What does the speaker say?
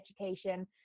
education